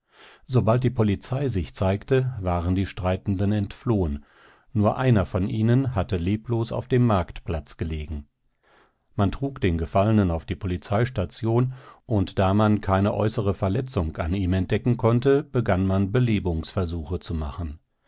sobald die polizei sich zeigte waren die streitenden entflohen nur einer von ihnen hatte leblos auf dem marktplatz gelegen man trug den gefallenen auf die polizeistation und da man keine äußere verletzung an ihm entdecken konnte begann man belebungsversuche zu machen